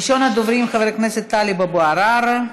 הצעות מס' 9356, 9364,